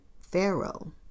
Pharaoh